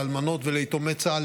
לאלמנות וליתומי צה"ל,